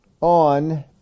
on